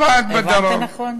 הבנת נכון.